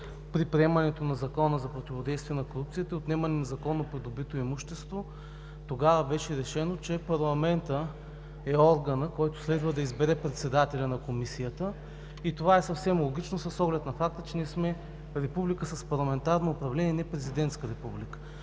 при приемането на Закона за противодействие на корупцията и отнемане на незаконно придобитото имущество. Тогава беше решено, че парламентът е органът, който следва да избере председателя на Комисията. Това е съвсем логично, с оглед на факта, че ние сме република с парламентарно управление, а не президентска република.